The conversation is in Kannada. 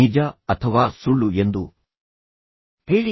ನಿಜ ಅಥವಾ ಸುಳ್ಳು ಎಂದು ಹೇಳಿ